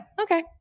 okay